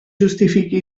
justifiqui